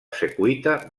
secuita